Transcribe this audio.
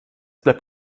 bleibt